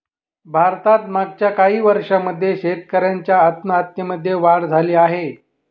भारतात मागच्या काही वर्षांमध्ये शेतकऱ्यांच्या आत्महत्यांमध्ये वाढ झाली आहे